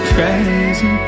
crazy